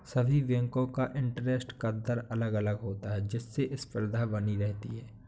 सभी बेंको का इंटरेस्ट का दर अलग अलग होता है जिससे स्पर्धा बनी रहती है